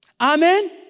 Amen